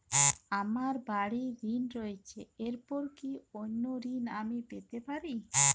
আমার বাড়ীর ঋণ রয়েছে এরপর কি অন্য ঋণ আমি পেতে পারি?